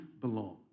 belong